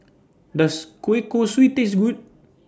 Does Kueh Kosui Taste Good